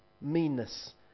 meanness